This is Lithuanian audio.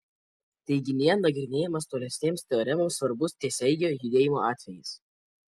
teiginyje nagrinėjamas tolesnėms teoremoms svarbus tiesiaeigio judėjimo atvejis